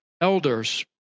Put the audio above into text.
elders